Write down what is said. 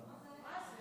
השר,